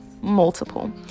multiple